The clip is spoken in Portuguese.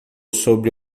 sobre